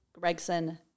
Gregson